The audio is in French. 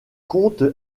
compte